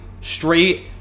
straight